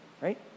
right